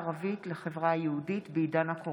פערים דיגיטליים בין החברה הערבית לחברה היהודית בעידן הקורונה,